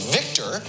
Victor